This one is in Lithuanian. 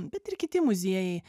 bet ir kiti muziejai